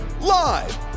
live